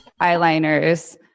eyeliners